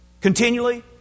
continually